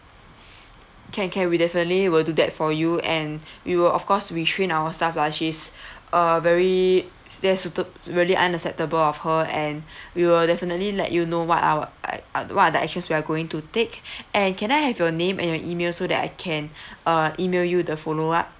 can can we'll definitely will do that for you and we will of course retrain our staff lah she's uh very not suita~ very unacceptable of her and we will definitely let you know what our uh what are the actions we are going to take and can I have your name and your email so that I can uh email you the follow up